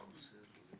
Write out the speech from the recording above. מן הראוי שתקום